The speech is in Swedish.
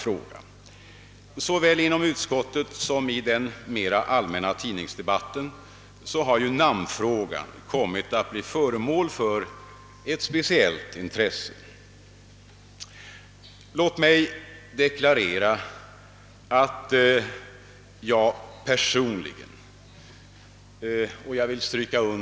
Personaltillgången kommer att medge att ökad kapacitet avdelas för de medicinska barnaoch ungdomsvårdsfrågorna. Bland annat har en ny tjänst beräknats för en heltidsanställd föredragande läkare inom området.